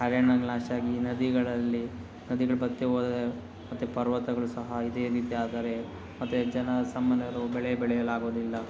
ಅರಣ್ಯಗಳು ನಾಶಾಗಿ ನದಿಗಳಲ್ಲಿ ನದಿಗಳು ಬತ್ತಿ ಹೋದರೆ ಮತ್ತು ಪರ್ವತಗಳು ಸಹ ಇದೇ ರೀತಿ ಆದರೆ ಮತ್ತು ಜನಸಾಮನ್ಯರು ಬೆಳೆ ಬೆಳೆಯಲಾಗುದಿಲ್ಲ